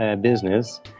business